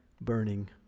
burning